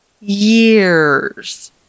years